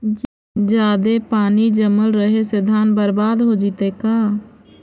जादे पानी जमल रहे से धान बर्बाद हो जितै का?